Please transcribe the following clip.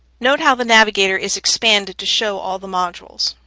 note how the navigator is expanded to show all the modules.